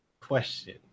question